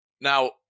Now